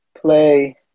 play